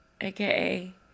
aka